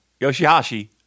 Yoshihashi